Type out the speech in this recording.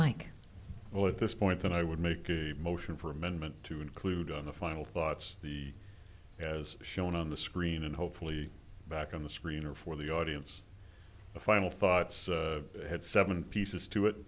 mike well at this point then i would make a motion for amendment to include on the final thoughts the as shown on the screen and hopefully back on the screen or for the audience the final thoughts had seven pieces to it